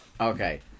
Okay